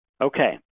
okay